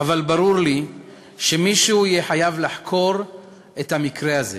אבל ברור לי שמישהו יהיה חייב לחקור את המקרה הזה.